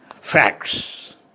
facts